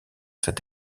cette